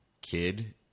kid